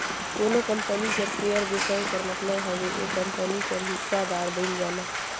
कोनो कंपनी कर सेयर बेसाए कर मतलब हवे ओ कंपनी कर हिस्सादार बइन जाना